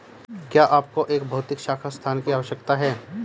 क्या आपको एक भौतिक शाखा स्थान की आवश्यकता है?